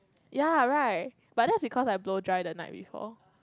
ya right but that's because I blow dry the night before